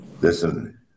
Listen